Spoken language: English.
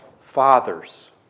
fathers